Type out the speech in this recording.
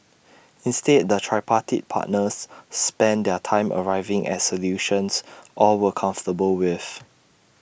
instead the tripartite partners spent their time arriving at solutions all were comfortable with